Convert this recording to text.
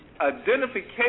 identification